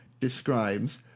describes